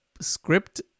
script